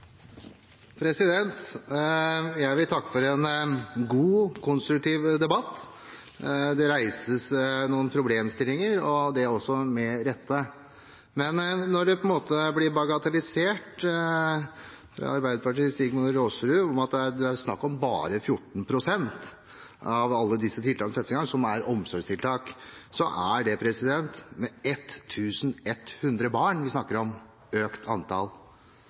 Jeg vil takke for en god og konstruktiv debatt. Det reises noen problemstillinger, og det med rette. Men når det på en måte blir bagatellisert av Arbeiderpartiets Rigmor Aasrud og sagt at bare 14 pst. av alle disse tiltakene som settes i gang, er omsorgstiltak, snakker vi altså om et økt antall på 1 100 barn